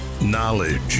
Knowledge